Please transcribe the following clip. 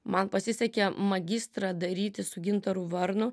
man pasisekė magistrą daryti su gintaru varnu